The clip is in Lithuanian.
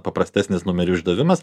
paprastesnis numerių išdavimas